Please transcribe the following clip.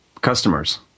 customers